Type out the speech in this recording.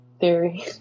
theory